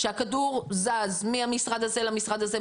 שהכדור זז מהמשרד הזה למשרד הזה,